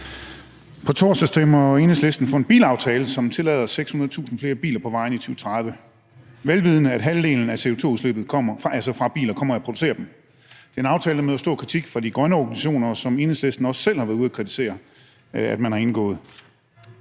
På torsdag stemmer Enhedslisten for en bilaftale, som tillader 600.000 flere biler på vejene i 2030, vel vidende at halvdelen af CO2-udslippet kommer fra biler og fra at producere dem. Det er en aftale, der møder stor kritik fra de grønne organisationer, og som Enhedslisten også selv har været ude at kritisere man har indgået.